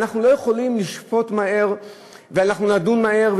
אנחנו לא יכולים לשפוט ולדון מהר.